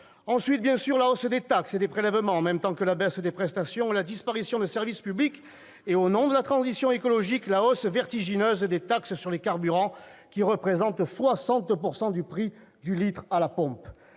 ensuite, bien entendu, la hausse des taxes et des prélèvements en même temps que la baisse des prestations et la disparition des services publics, et, au nom de la transition écologique, la hausse vertigineuse des taxes sur les carburants, qui représentent 60 % du prix du litre à la pompe